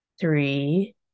three